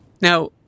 Now